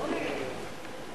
אורלי,